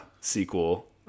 sequel